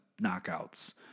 knockouts